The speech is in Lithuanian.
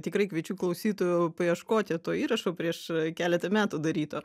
tikrai kviečiu klausytojų paieškoti to įrašo prieš keletą metų daryto